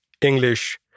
English